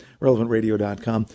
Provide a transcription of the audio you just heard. relevantradio.com